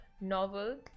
novel